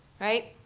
right?